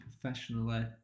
professionally